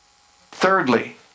Thirdly